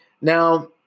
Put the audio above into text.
Now